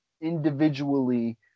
individually